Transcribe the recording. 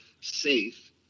safe